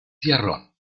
tiarrón